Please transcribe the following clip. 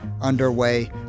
underway